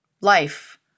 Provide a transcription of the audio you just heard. life